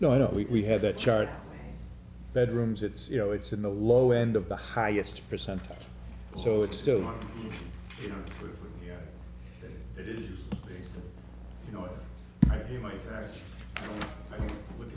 no i don't we have that chart bedrooms it's you know it's in the low end of the highest percentage so it's still you know it is you know what you might do with